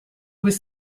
was